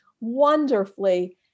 wonderfully